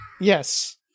Yes